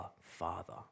Father